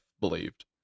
believed